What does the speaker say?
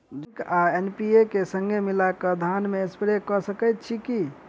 Zinc आ NPK, संगे मिलल कऽ धान मे स्प्रे कऽ सकैत छी की?